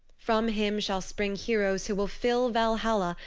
from him shall spring heroes who will fill valhalla,